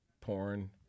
Porn